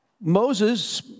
Moses